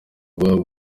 guhabwa